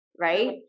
Right